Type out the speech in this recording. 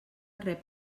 rep